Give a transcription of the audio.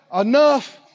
enough